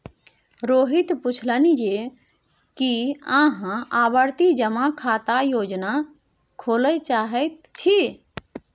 रोहित पुछलनि जे की अहाँ आवर्ती जमा खाता खोलय चाहैत छी